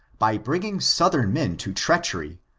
by bringing southern men to treachery,